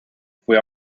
fue